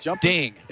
ding